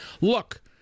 look